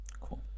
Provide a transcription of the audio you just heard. Cool